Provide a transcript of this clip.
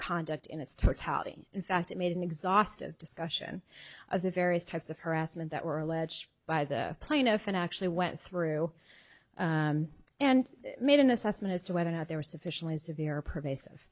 totality in fact it made an exhaustive discussion of the various types of harassment that were alleged by the plaintiff and i actually went through and made an assessment as to whether or not they were sufficiently severe pervasive